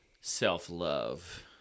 self-love